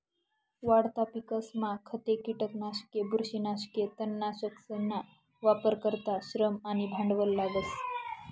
वाढता पिकसमा खते, किटकनाशके, बुरशीनाशके, तणनाशकसना वापर करता श्रम आणि भांडवल लागस